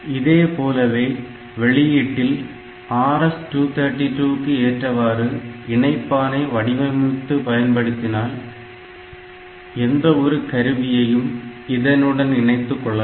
இதே போலவே வெளியீட்டில் RS232 க்கு ஏற்றவாறு இணைப்பானை வடிவமைத்து பயன்படுத்தினால் எந்த ஒரு கருவியையும் இதனுடன் இணைத்துக் கொள்ளலாம்